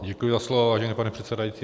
Děkuji za slovo, vážený pane předsedající.